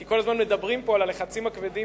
כי כל הזמן מדברים פה על הלחצים הכבדים